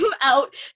out